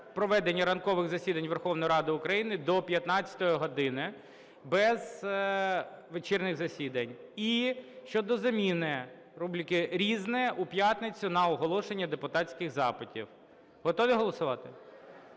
проведення ранкових засідань Верховної Ради України до 15 години без вечірніх засідань і щодо заміни рубрики "Різне" у п'ятницю на оголошення депутатських запитів. Готові голосувати?